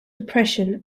depression